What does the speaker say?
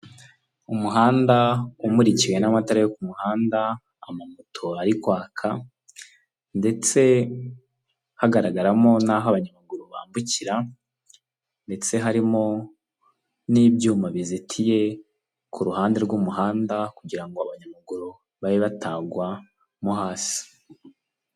Umuhanda umurikiwe n'amatara yo ku muhanda amamoto ari kwaka, ndetse hagaragaramo n'aho abanyamaguru bambukira, ndetse harimo n'ibyuma bizitiye ku ruhande rw'umuhanda kugira ngo abanyamaguru babe batagwamo hasi.